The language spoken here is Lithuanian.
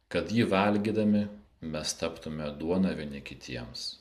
kad jį valgydami mes taptume duona vieni kitiems